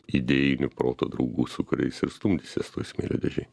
idėjinių proto draugų su kuriais ir stumdysies toj smėlio dėžėj